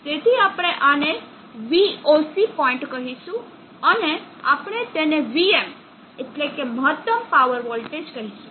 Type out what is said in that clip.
તેથી આપણે આને voc પોઇન્ટ કહીશું અને આપણે તેને vm એટલે કે મહત્તમ પાવર વોલ્ટેજ કહીશું